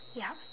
yup